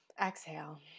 Exhale